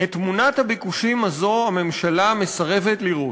את תמונת הביקושים הזאת הממשלה מסרבת לראות,